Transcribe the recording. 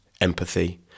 empathy